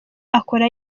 akora